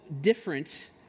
different